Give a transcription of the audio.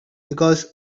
because